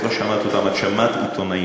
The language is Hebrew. את לא שמעת אותם, את שמעת עיתונאים.